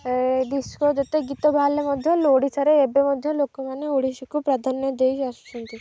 disco ଯେତେ ଗୀତ ବାହାରିଲଲେ ମଧ୍ୟ ଓଡ଼ିଶାରେ ଏବେ ମଧ୍ୟ ଲୋକମାନେ ଓଡ଼ିଶାକୁ ପ୍ରାଧାନ୍ୟ ଦେଇ ଆସୁଛନ୍ତି